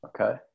Okay